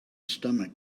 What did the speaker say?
stomach